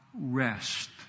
rest